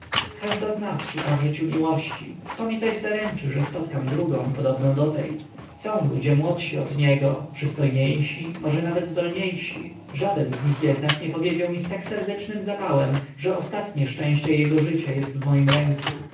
każda z nas szuka w życiu miłości kto mi zaś zaręczy że spotkam drugą podobną do tej są ludzie młodsi od niego przystojniejsi może nawet zdolniejsi żaden z nich jednak nie powiedział mi z tak serdecznym zapałem że ostatnie szczęście jego życia jest w moim ręku